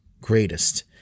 greatest